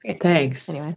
Thanks